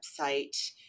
website